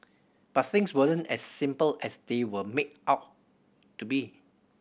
but things weren't as simple as they were made out to be